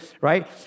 Right